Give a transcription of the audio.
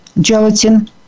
gelatin